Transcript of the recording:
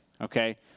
Okay